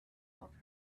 off